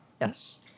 Yes